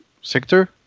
sector